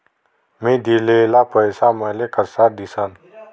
मी दिलेला पैसा मले कसा दिसन?